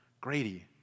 Grady